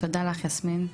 תודה לך יסמין,